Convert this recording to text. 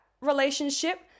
relationship